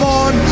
on